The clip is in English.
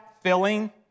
filling